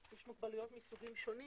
יש מוגבלויות מסוגים שונים.